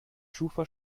schufa